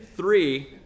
Three